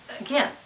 again